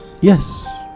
Yes